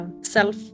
self